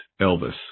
Elvis